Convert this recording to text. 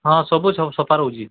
ହଁ ସବୁ ସବୁ ସଫା ରହୁଛି